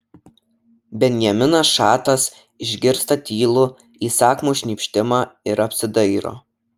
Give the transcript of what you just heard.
benjaminas šatas išgirsta tylų įsakmų šnypštimą ir apsidairo